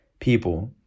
people